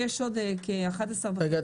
יש עוד כ --- רגע,